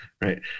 right